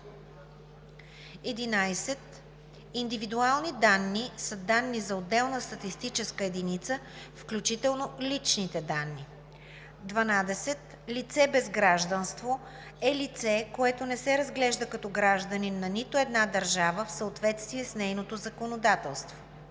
11. „Индивидуални данни“ са данните за отделна статистическа единица, включително личните данни. 12. „Лице без гражданство“ е лице, което не се разглежда като гражданин на нито една държава в съответствие с нейното законодателство.